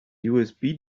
usb